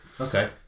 Okay